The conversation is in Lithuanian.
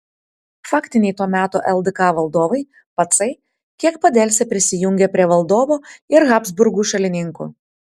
faktiniai to meto ldk valdovai pacai kiek padelsę prisijungė prie valdovo ir habsburgų šalininkų